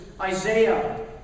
Isaiah